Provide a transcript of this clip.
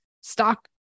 stock